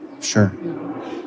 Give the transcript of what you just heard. Sure